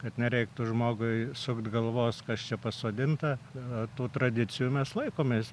kad nereiktų žmogui sukti galvos kas čia pasodinta tų tradicijų mes laikomės